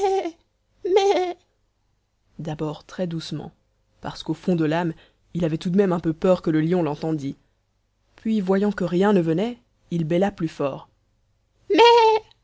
d'abord très doucement parce qu'au fond de l'âme il avait tout de même un peu peur que le lion l'entendît puis voyant que rien ne venait il bêla plus fort